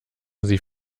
sie